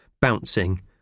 bouncing